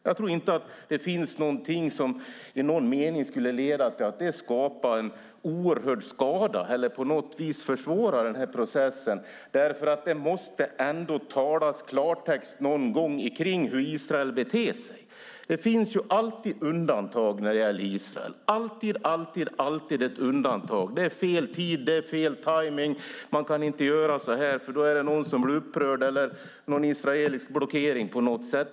Jag tror inte att det i någon mening skulle skapa en oerhörd skada eller på något vis försvåra den här processen. Det måste ändå talas klartext någon gång om hur Israel beter sig. Det finns alltid undantag när det gäller Israel. Det är fel tid eller fel tajmning. Man kan inte göra så här för då blir någon upprörd eller det uppstår en israelisk blockering på något sätt.